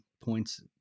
points